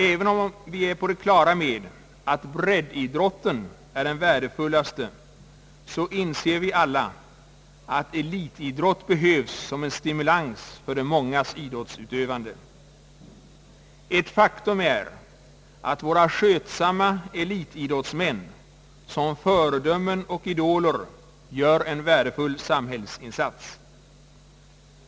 Även om vi är på det klara med att breddidrotten är den värdefullaste, inser vi alla att elitidrott behövs som en stimulans för de mångas idrottsutövande. Ett faktum är att våra skötsamma elitidrottsmän som föredömen och idoler gör en värdefull samhällsinsats.